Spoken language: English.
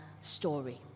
story